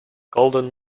golden